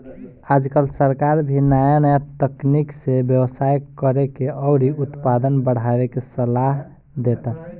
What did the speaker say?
आजकल सरकार भी नाया नाया तकनीक से व्यवसाय करेके अउरी उत्पादन बढ़ावे के सालाह देता